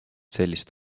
sellist